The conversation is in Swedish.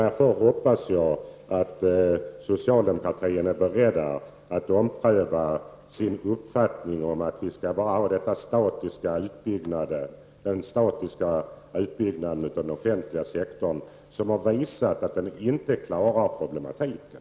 Därför hoppas jag att socialdemokratin är beredd att ompröva sin uppfattning om att vi bara skall ha den statiska utbyggnaden av den offentliga sektorn, som har visat att den inte klarar problematiken.